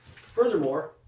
Furthermore